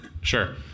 Sure